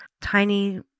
tiny